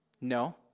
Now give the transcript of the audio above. No